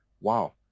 wow